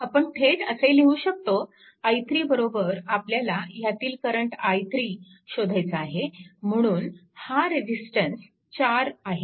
आपण थेट असे लिहू शकतो i3 आपल्याला ह्यातील करंट i3 शोधायचा आहे म्हणून हा रेजिस्टन्स 4 आहे